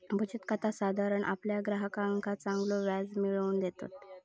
बचत खाता साधारण आपल्या ग्राहकांका चांगलो व्याज मिळवून देतत